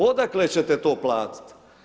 Odakle ćete to platit?